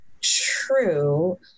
true